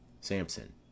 Samson